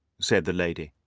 said the lady.